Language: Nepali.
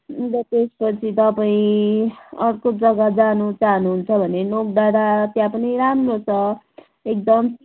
अन्त त्यसपछि तपाईँ अर्को जग्गा जानु चाहनुहुन्छ भने नोक डाँडा त्यहाँ पनि राम्रो छ एकदम